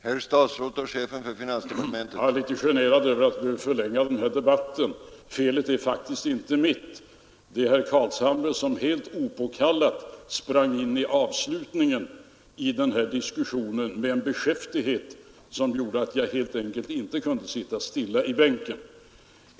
Herr talman! Jag är något generad över att behöva förlänga denna debatt. Felet är faktiskt inte mitt; det var herr Carlshamre som helt opåkallat sprang in i avslutningen av diskussionen med en beskäftighet, som gjorde att jag helt enkelt inte kunde sitta stilla i bänken.